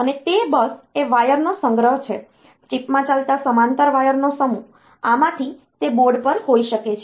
અને તે બસ એ વાયરનો સંગ્રહ છે ચિપમાં ચાલતા સમાંતર વાયરનો સમૂહ આમાંથી તે બોર્ડ પર હોઈ શકે છે